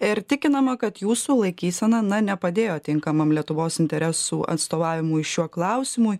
ir tikinama kad jūsų laikysena na nepadėjo tinkamam lietuvos interesų atstovavimui šiuo klausimui